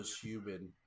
human